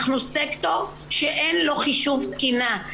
אנחנו סקטור שאין לו חישוב תקינה,